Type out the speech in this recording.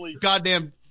goddamn